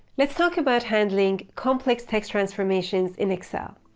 let's talk about handling complex text transformations in excel.